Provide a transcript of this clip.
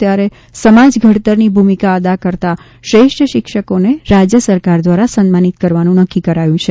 ત્યારે સમાજ ઘડતરની ભૂમિકા અદા કરતા શ્રેષ્ઠ શિક્ષકોને રાજ્ય સરકાર દ્વારા સન્માનિત કરવાનું નક્કી કરાયું છે